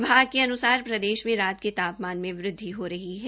विभाग के अन्सार प्रदेश में रात का तापमान में वृद्धि हो रही है